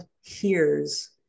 hears